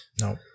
No